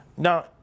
Now